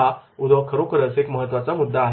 हा खरोखरच एक महत्त्वाचा मुद्दा आहे